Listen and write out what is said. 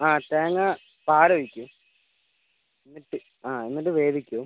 അതെ തേങ്ങാ പാലൊഴിക്കും അതേ എന്നിട്ട് വേവിക്കും